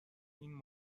این